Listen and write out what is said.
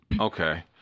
Okay